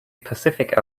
pacific